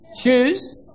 choose